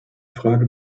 frage